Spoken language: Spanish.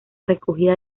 recogida